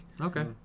Okay